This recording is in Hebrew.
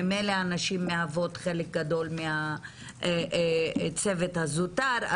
ממילא הנשים מהוות חלק גדול מהצוות הזוטר,